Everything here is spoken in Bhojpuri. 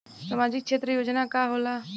सामाजिक क्षेत्र योजना का होला?